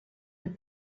with